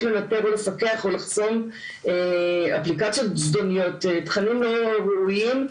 לנתב ולפקח או לחסום אפליקציות זדוניות ותכנים לא ראויים.